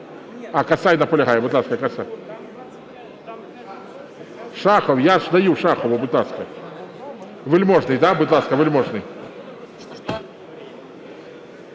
А! Касай наполягає. Будь ласка, Касай. Я ж даю Шахову. Будь ласка. Вельможний, да? Будь ласка, Вельможний.